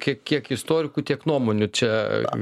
kiek kiek istorikų tiek nuomonių čia